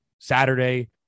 Saturday